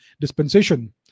dispensation